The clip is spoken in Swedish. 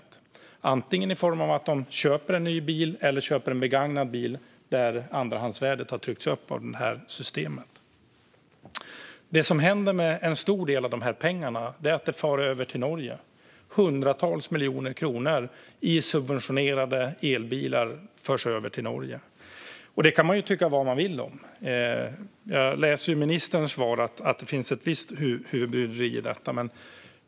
Det gör de antingen i form av att de köper en ny bil eller köper en begagnad bil där andrahandsvärdet har tryckts upp av systemet. Det som händer med en stor del av de pengarna är att de far över till Norge. Det är hundratals miljoner kronor i form av subventionerade elbilar som förs över till Norge. Det kan man tycka vad man vill om. Jag läser i ministerns svar att det finns ett visst huvudbry i detta.